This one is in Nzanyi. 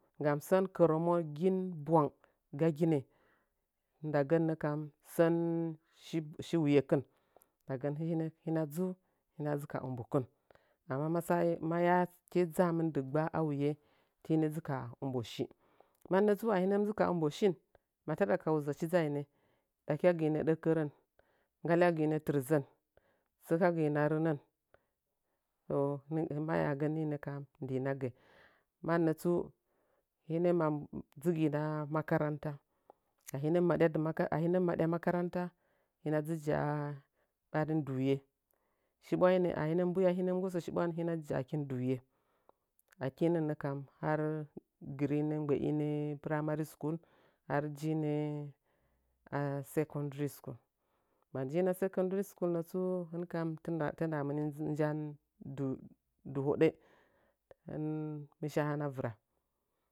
Gam sam kɨrəmogɨn bwang gaginə ndagən nəkam sənshi wuyekɨn hine hɨna dzu hɨna dzu ka ɨmbkɨn ndama ma sae ma yake dzamɨn dɨggba wuye tinə dzɨ ka ɨmbo shi manə tsu a hinən dzɨ ka ɨmbo shi mataɗa ka wuzachi dzainə ɗakyagɨɨnə ɗəkkərən nggalyagɨi nə tɨrzən tsɨkagɨina renən to mayagən ninə kam ndinagə mannə tsu hɨne na dzɨgɨnə a makaranta a hinəm dɨ ahinəm maɗya a makaranta hɨna dzɨ ja'a ɓarin duye. Shibwai a hɨnəm mbuya hɨnəm nggosə shibwan hina dəkin duye aki nə kam har gɨrinə mbə'inə primary school har jinə a secondary school ma jinə a secondary school nətsu hɨn kam tina tina mɨnijinjan dɨhoɗə hɨn mɨshi a hanaa vɨra.